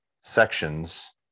sections